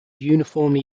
uniformly